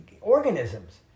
organisms